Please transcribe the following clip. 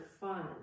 fun